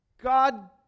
God